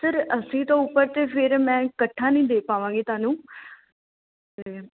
sir ਅੱਸੀ ਤੋਂ ਉੱਪਰ ਤਾਂ ਫਿਰ ਮੈਂ ਇਕੱਠਾ ਨਹੀਂ ਦੇ ਪਾਵਾਂਗੀ ਤੁਹਾਨੂੰ ਅਤੇ